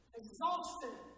exhausted